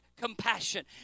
compassion